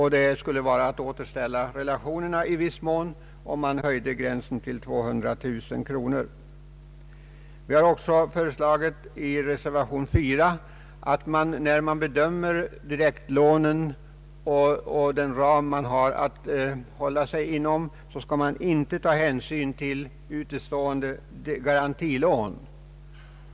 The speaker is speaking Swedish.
Man skulle återställa relationerna om man höjde gränsen till 200 000 kronor. Vi har också i reservationen 4 föreslagit att man, vid bedömning av direktlånen och den ram man har att hålla sig inom, inte skall ta hänsyn till utestående garantilån.